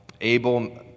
abel